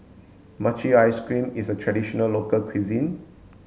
Mochi Ice Cream is a traditional local cuisine